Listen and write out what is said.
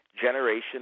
generation